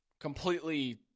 Completely